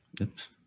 Oops